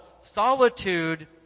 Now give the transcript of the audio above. solitude